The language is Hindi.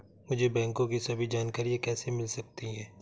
मुझे बैंकों की सभी जानकारियाँ कैसे मिल सकती हैं?